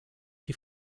die